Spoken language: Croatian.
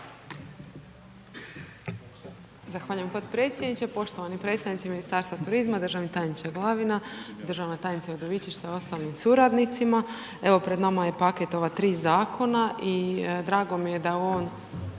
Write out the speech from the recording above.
Zahvaljujem podpredsjedniče, poštovani predstavnici Ministarstva turizma, državni tajniče Glavina, državna tajnice Udovičić sa ostalim suradnicima. Evo pred nama je paket ova tri Zakona i drago mi je da je